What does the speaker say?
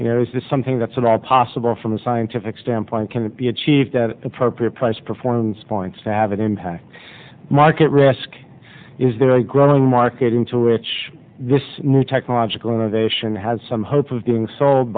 you know is this something that's in all possible from a scientific standpoint can be achieved appropriate price performance points to have an impact market risk is there a growing market into which this new technological innovation has some hope of doing so